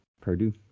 Purdue